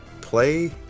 play